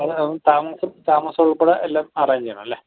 അത് താമസം താമസം ഉൾപ്പെടെ എല്ലാം അറേഞ്ച് ചെയ്യണം അല്ലെ